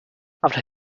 after